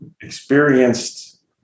experienced